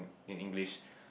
in English